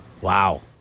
Wow